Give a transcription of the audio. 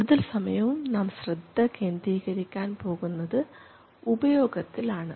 കൂടുതൽ സമയവും നാം ശ്രദ്ധ കേന്ദ്രീകരിക്കാൻ പോകുന്നത് ഉപയോഗത്തിൽ ആണ്